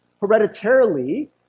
hereditarily